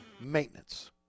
Maintenance